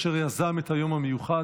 אשר יזם את היום המיוחד,